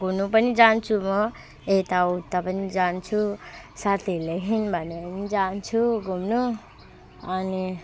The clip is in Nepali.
घुर्नु पनि जान्छु म यताउता पनि जान्छु साथीहरूले हिँड भने भने पनि जान्छु घुम्नु अनि